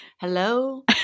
hello